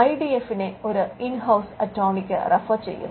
I D എഫിനെ ഒരു in house അറ്റോർണിക്ക് റഫർ ചെയ്യുന്നു